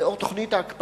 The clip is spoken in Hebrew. בעקבות תוכנית ההקפאה,